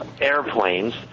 airplanes